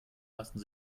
lassen